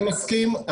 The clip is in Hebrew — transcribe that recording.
אני מסכים,